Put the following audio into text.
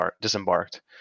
disembarked